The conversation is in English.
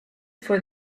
for